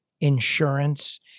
insurance